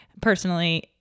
personally